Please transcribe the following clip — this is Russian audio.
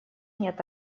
нет